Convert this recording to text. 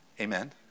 Amen